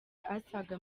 asaga